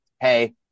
Hey